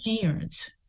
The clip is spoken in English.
parents